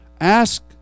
Ask